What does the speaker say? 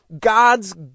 God's